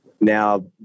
now